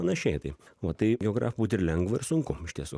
panašiai tai va tai geografu būt ir lengva ir sunku iš tiesų